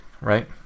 right